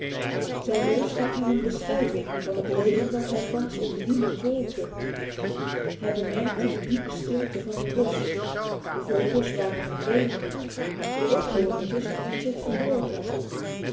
zijn neus gaf hem een beschrijving van het leven dat hij thans op de hielen volgde hij bemerkte de diepe stilte van het bos de vogels waren verdwenen de eekhoorntjes hadden zich verborgen